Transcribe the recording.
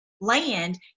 land